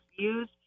views